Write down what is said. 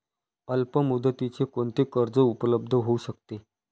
अल्पमुदतीचे कोणते कर्ज उपलब्ध होऊ शकते?